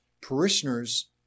parishioners